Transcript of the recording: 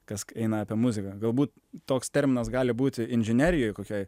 kas eina apie muziką galbūt toks terminas gali būti inžinerijoj kokioj